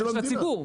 של הציבור.